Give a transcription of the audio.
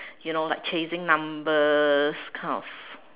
you know like chasing numbers kind of